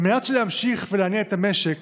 על מנת להמשיך ולהניע את המשק